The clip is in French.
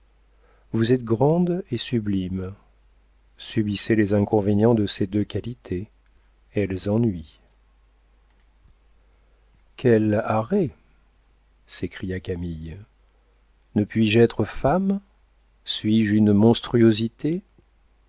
vous êtes grande et sublime subissez les inconvénients de ces deux qualités elles ennuient quel arrêt s'écria camille ne puis-je être femme suis-je une monstruosité